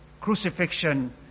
crucifixion